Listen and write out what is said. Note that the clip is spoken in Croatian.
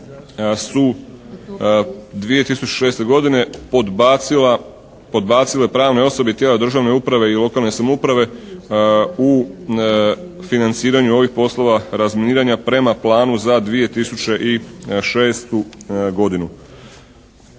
su 2006. godine podbacile pravne osobe i tijela državne uprave i lokalne samouprave u financiranju ovih poslova razminiranja prema planu za 2006. godinu.